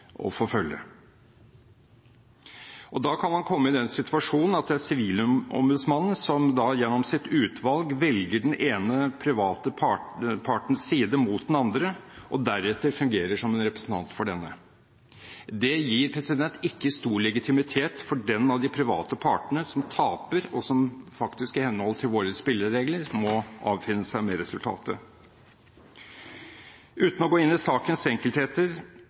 å forfølge. Da kan man komme i den situasjonen at det er Sivilombudsmannen som gjennom sitt utvalg velger den ene private partens side mot den andre og deretter fungerer som en representant for denne. Det gir ikke stor legitimitet for den av de private partene som taper, og som faktisk i henhold til våre spilleregler må avfinne seg med resultatet. Uten å gå inn sakens enkeltheter har det i